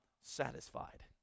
satisfied